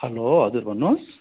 hello हजुर भन्नुहोस्